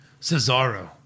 Cesaro